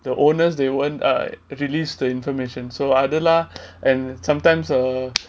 the owners they won't uh release the information so அதுலாம்:adhulam and sometimes err